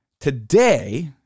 today